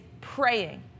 praying